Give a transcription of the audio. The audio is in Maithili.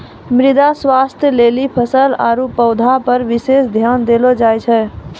मृदा स्वास्थ्य लेली फसल आरु पौधा पर विशेष ध्यान देलो जाय छै